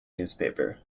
newspaper